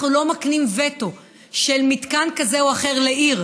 אנחנו לא מקנים וטו של מתקן כזה או אחר לעיר